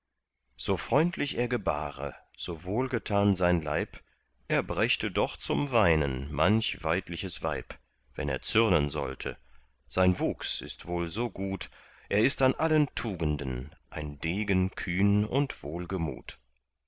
so freundlich er gebare so wohlgetan sein leib er brächte doch zum weinen manch weidliches weib wenn er zürnen sollte sein wuchs ist wohl so gut er ist an allen tugenden ein degen kühn und wohlgemut